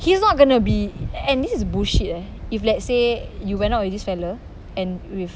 he's not gonna be and this is bullshit eh if let's say you went out with this fella and with